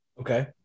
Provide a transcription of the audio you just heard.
Okay